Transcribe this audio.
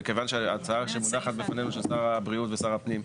מכיוון שההצעה שמונחת בפנינו של שר הבריאות ושר הפנים,